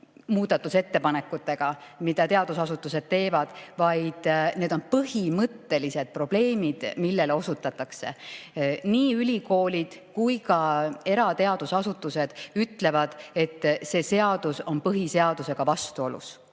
muudatusettepanekutega, mida teadusasutused teevad, vaid need on põhimõttelised probleemid, millele osutatakse. Nii ülikoolid kui ka erateadusasutused ütlevad, et see seadus on põhiseadusega vastuolus,